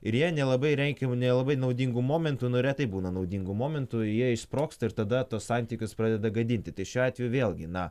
ir jie nelabai reikiamu nelabai naudingu momentu nu retai būna naudingų momenų jie išsprogsta ir tada tuos santykius pradeda gadinti tai šiuo atveju vėlgi na